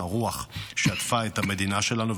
הרוח שעטפה את המדינה שלנו,